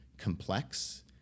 Complex